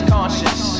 Conscious